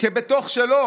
כבתוך שלו"